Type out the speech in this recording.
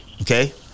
okay